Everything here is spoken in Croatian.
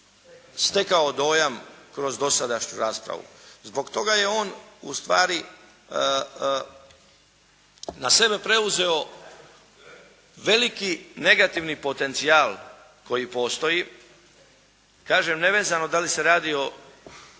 stekao dojam kroz dosadašnju raspravu. Zbog toga je on ustvari na sebe preuzeo veliki negativni potencijal koji postoji. Kažem nevezano da li se radi o